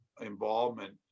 involvement